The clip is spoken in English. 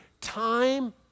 time